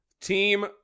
Team